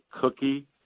cookie